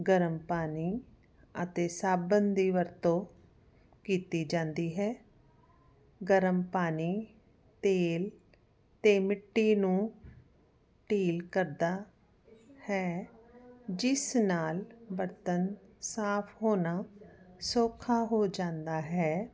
ਗਰਮ ਪਾਣੀ ਅਤੇ ਸਾਬਣ ਦੀ ਵਰਤੋਂ ਕੀਤੀ ਜਾਂਦੀ ਹੈ ਗਰਮ ਪਾਣੀ ਤੇਲ ਤੇ ਮਿੱਟੀ ਨੂੰ ਢੇਈ ਕਰਦਾ ਹੈ ਜਿਸ ਨਾਲ ਬਰਤਨ ਸਾਫ ਹੋਣਾ ਸੌਖਾ ਹੋ ਜਾਂਦਾ ਹੈ